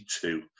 Two